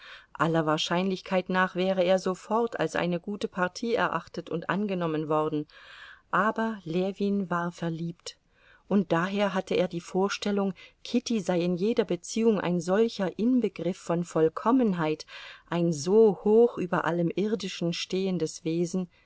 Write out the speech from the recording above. aller wahrscheinlichkeit nach wäre er sofort als eine gute partie erachtet und angenommen worden aber ljewin war verliebt und daher hatte er die vorstellung kitty sei in jeder beziehung ein solcher inbegriff von vollkommenheit ein so hoch über allem irdischen stehendes wesen